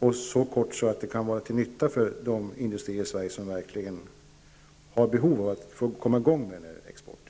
inom så kort tid att det kan vara till nytta för de industrier i Sverige som verkligen har behov av att komma i gång med den här exporten?